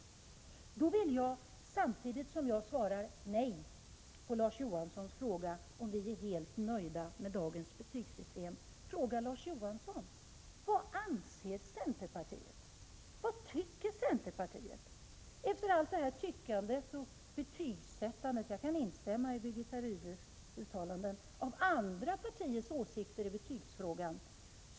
Jag vill, samtidigt som jag svarar nej på Larz Johanssons fråga om socialdemokraterna är helt nöjda med dagens betygssystem, fråga honom vad centerpartiet anser, efter allt detta tyckande och betygsättande av andra partiers åsikter i betygsfrågan. Jag kan instämma i Birgitta Rydles uttalanden.